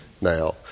now